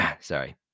sorry